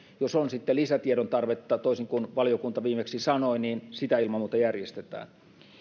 jos on sitten lisätiedon tarvetta toisin kuin valiokunta viimeksi sanoi niin sitä ilman muuta järjestetään